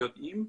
יודעים,